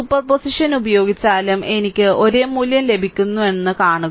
superposition ഉപയോഗിച്ചാലും എനിക്ക് ഒരേ മൂല്യം ലഭിക്കുന്നുണ്ടെന്ന് കാണുക